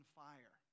fire